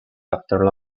after